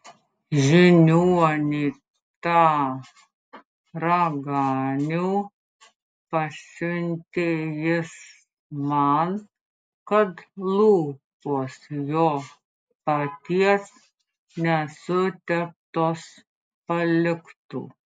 žiniuonį tą raganių pasiuntė jis man kad lūpos jo paties nesuteptos paliktų